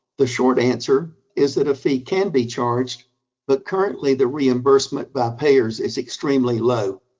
the short answer is that a fee can be charged but currently the reimbursement by payers is extremely low.